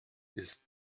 ist